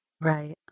Right